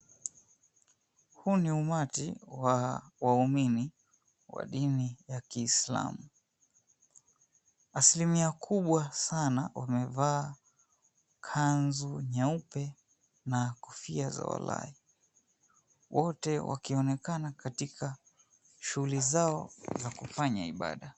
Huu ni umati wa waumini wa dini ya kislamu. Asilimia kubwa sana wamevaa kanzu nyeupe na kofia za ulai, wote wakionekana katika shughuli zao za kufanya ibaada.